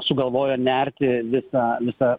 sugalvojo nerti visa visa